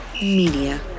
Media